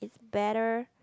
better